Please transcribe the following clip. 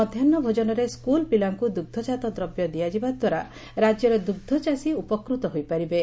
ମଧାହୁଭୋକନରେ school ପିଲାଙ୍କୁ ଦୁଗୁକାତ ଦ୍ରବ୍ୟ ଦିଆଯିବା ଦ୍ୱାରା ରାଜ୍ୟର ଦୁଗ୍ ଚାଷୀ ଉପକୃତ ହୋଇପାରିବେ